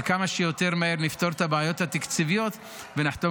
וכמה שיותר מהר נפתור את הבעיות התקציביות ונחתום